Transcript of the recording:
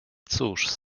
cóż